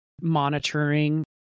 monitoring